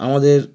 আমাদের